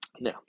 Now